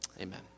Amen